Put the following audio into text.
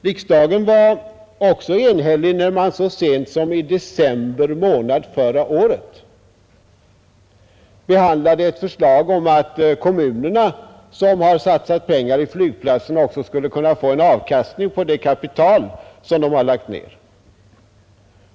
Riksdagen var också enig när man så sent som i december månad förra året behandlade ett förslag om att kommunerna som har satsat pengar på flygplatserna också skall kunna få en avkastning på det kapital de lagt ner.